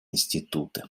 институты